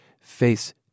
face